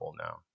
now